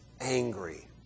angry